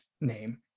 name